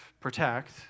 protect